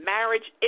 Marriage